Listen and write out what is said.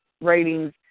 ratings